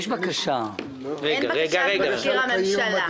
אין בקשה ממזכיר הממשלה.